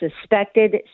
suspected